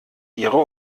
ihre